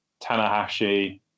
Tanahashi